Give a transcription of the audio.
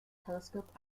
telescope